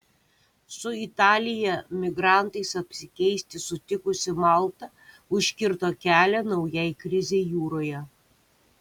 su italija migrantais apsikeisti sutikusi malta užkirto kelią naujai krizei jūroje